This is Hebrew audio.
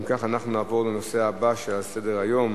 אם כך, נעבור לנושא הבא שעל סדר-היום.